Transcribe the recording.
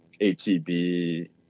ATB